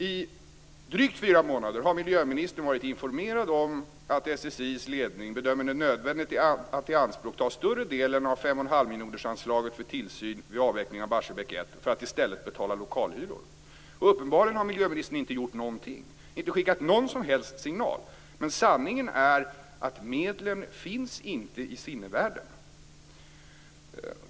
I drygt fyra månader har miljöministern varit informerad om att SSI:s ledning bedömer det nödvändigt att ianspråkta större delen av 5,5 miljonersanslaget för tillsyn vid avveckling av Barsebäck 1 för att i stället betala lokalhyror. Uppenbarligen har miljöministern inte gjort någonting, inte skickat någon som helst signal. Men sanningen är att medlen inte finns i sinnevärlden!